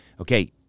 okay